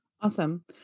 Awesome